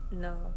No